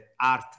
art